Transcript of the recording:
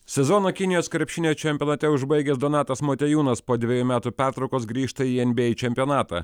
sezoną kinijos krepšinio čempionate užbaigęs donatas motiejūnas po dvejų metų pertraukos grįžta į en by ei čempionatą